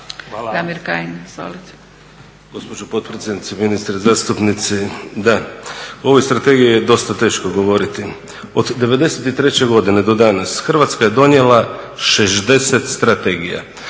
Damir Kajin, izvolite.